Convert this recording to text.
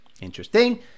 Interesting